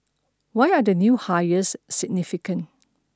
why are the new hires significant